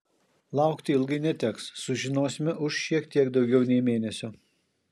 laukti ilgai neteks sužinosime už šiek tiek daugiau nei mėnesio